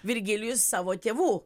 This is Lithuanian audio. virgilijus savo tėvų